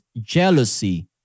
jealousy